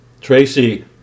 Tracy